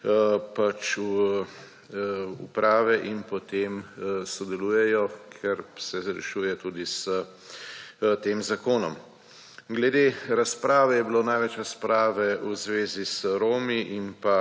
uprave in potem sodelujejo, ker se rešuje tudi s tem zakonom. Glede razprave je bilo največ razprave v zvezi z Romi in